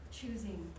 choosing